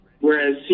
whereas